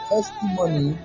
Testimony